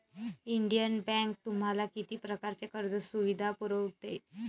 Indian bank तुम्हाला किती प्रकारच्या कर्ज सुविधा पुरवते?